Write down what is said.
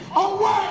away